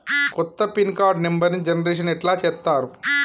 కొత్త pin card నెంబర్ని generation ఎట్లా చేత్తరు?